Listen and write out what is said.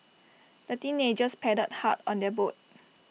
the teenagers paddled hard on their boat